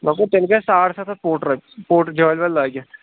لٔکٕر تیٚلہِ گژھِ ساڑٕ ستھ ہتھ جٲلۍ وٲلۍ لٲگِتھ